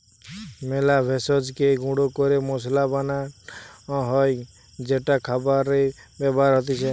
মেলা ভেষজকে গুঁড়া ক্যরে মসলা বানান হ্যয় যেটা খাবারে ব্যবহার হতিছে